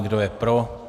Kdo je pro?